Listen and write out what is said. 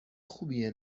خوبیه